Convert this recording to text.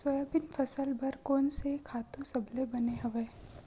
Soybean फसल बर कोन से खातु सबले बने हवय?